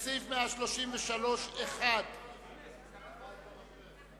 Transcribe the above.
לסעיף 129, חברי הכנסת שלי יחימוביץ,